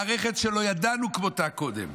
מערכת שלא ידענו כמותה קודם,